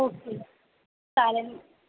okay चालेल